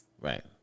right